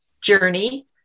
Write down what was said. journey